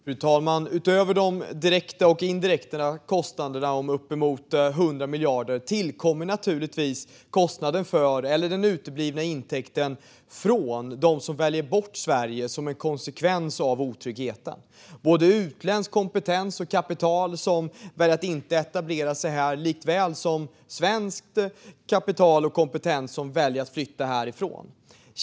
Fru talman! Utöver de direkta och indirekta kostnaderna på uppemot 100 miljarder tillkommer naturligtvis den uteblivna intäkten när Sverige väljs bort som en konsekvens av otryggheten. Det handlar både om utländsk kompetens och utländskt kapital som inte etableras här och om svenskt kapital och svensk kompetens som flyttar härifrån.